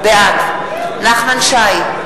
בעד נחמן שי,